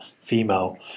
female